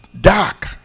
dark